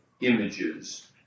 images